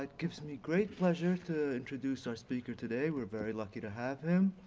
but gives me great pleasure to introduce our speaker today. we're very lucky to have him,